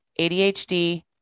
ADHD